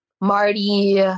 Marty